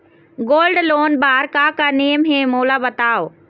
Gold loan बार का का नेम हे, मोला बताव?